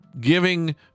giving